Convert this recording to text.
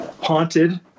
haunted